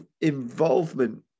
involvement